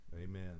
Amen